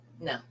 No